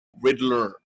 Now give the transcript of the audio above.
Riddler